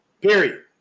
Period